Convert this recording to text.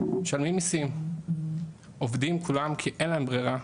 משלמים מיסים, עובדים כולם כי אין להם ברירה.